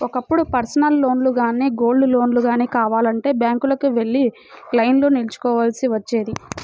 ఒకప్పుడు పర్సనల్ లోన్లు గానీ, గోల్డ్ లోన్లు గానీ కావాలంటే బ్యాంకులకు వెళ్లి లైన్లో నిల్చోవాల్సి వచ్చేది